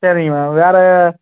சரிங்க மேம் வேறு